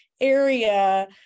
area